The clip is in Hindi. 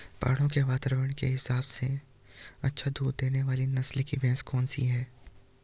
पहाड़ों के वातावरण के हिसाब से अच्छा दूध देने वाली नस्ल की भैंस कौन सी हैं?